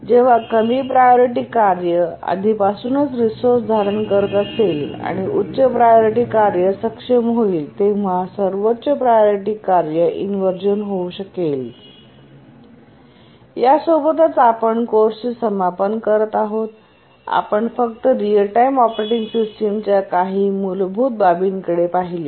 जेव्हा कमी प्रायोरिटी कार्य आधीपासूनच रिसोर्स धारण करत असेल आणि उच्च प्रायोरिटी कार्य सक्षम होईल तेव्हा सर्वोच्च प्रायोरिटी कार्य इन्व्हर्झन होऊ शकेल या सोबतच आपण कोर्स चे समापन करत आहोत आपण फक्त रिअल टाइम ऑपरेटिंग सिस्टमच्या काही मूलभूत बाबींकडे पाहिले